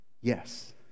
Yes